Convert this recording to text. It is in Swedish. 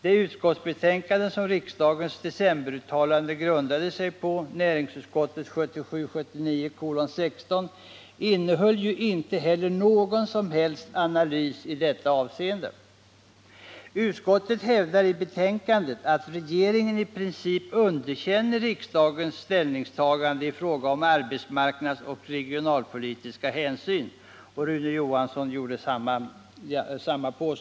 Det utskottsbetänkande som riksdagens decemberuttalande grundade sig på, näringsutskottets betänkande 1978/79:16, innehöll ju inte heller någon som helst analys i detta avseende. Utskottet hävdar i betänkandet att regeringen i princip underkänner riksdagens ställningstagande i fråga om arbetsmarknadsoch regionalpolitiska hänsyn. Rune Johansson påstod detsamma.